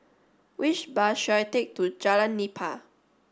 which bus should I take to Jalan Nipah